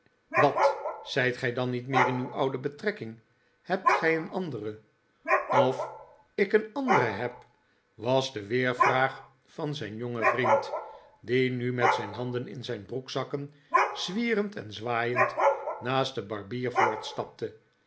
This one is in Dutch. wat zijt gij dan niet meer in uw oude betrekking hebt gij een andere of ik een andere heb was de weervraag van zijn jongen vriend die nu t met zijn handen in zijn broekzakken zwierend en zwaaiend naast den barbier